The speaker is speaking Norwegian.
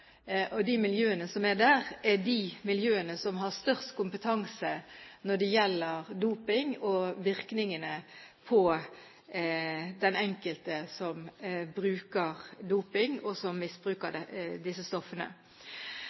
og de miljøene som er der, er de miljøene som har størst kompetanse når det gjelder doping og virkningene på den enkelte som bruker doping, og som misbruker disse stoffene.